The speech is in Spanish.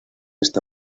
esta